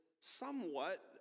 somewhat